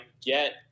get